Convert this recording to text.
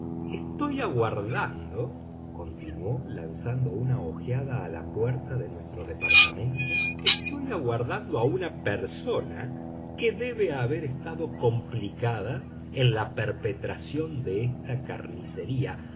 estoy aguardando continuó lanzando una ojeada a la puerta de nuestro departamento estoy aguardando a una persona que debe haber estado complicada en la perpetración de esta carnicería